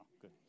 good